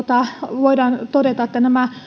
voidaan todeta että nämä